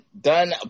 done